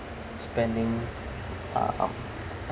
spending uh um uh